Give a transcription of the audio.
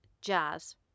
Jazz